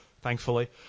thankfully